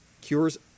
cures